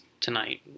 tonight